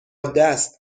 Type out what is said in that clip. دست